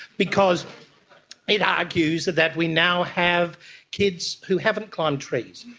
because it argues that we now have kids who haven't climbed trees,